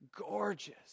gorgeous